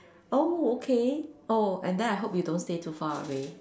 oh okay oh and then I hope you don't stay too far away